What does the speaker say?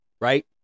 right